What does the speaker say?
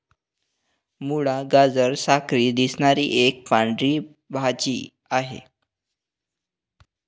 मुळा, गाजरा सारखी दिसणारी एक पांढरी भाजी आहे